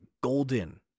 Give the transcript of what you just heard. golden